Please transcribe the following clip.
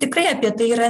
tikrai apie tai yra